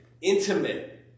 intimate